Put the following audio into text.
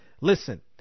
listen